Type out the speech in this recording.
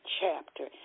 chapter